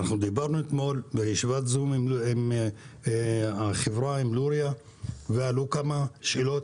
אנחנו דיברנו אתמול בישיבת זום עם חברת לוריאל ועלו כמה שאלות,